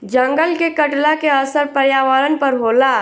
जंगल के कटला के असर पर्यावरण पर होला